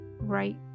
right